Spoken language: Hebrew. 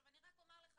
עכשיו, אני רק אומר לך